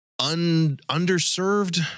underserved